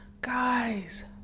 guys